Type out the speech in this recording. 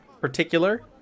particular